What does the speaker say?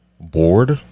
bored